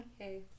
okay